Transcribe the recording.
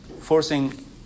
forcing